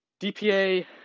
DPA